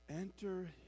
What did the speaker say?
enter